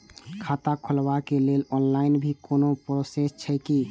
खाता खोलाबक लेल ऑनलाईन भी कोनो प्रोसेस छै की?